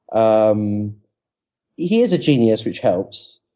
um he is a genius, which helps,